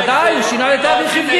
והוא שינה את זה מלועזי לעברי.